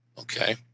Okay